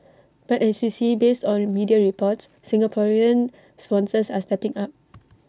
but as you see based on media reports Singaporean sponsors are stepping up